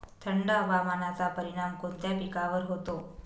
थंड हवामानाचा परिणाम कोणत्या पिकावर होतो?